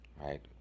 right